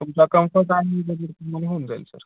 तुमचा कम्फर्ट आणि होऊन जाईल सर